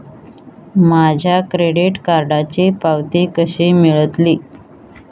माझ्या क्रेडीट कार्डची पावती कशी मिळतली?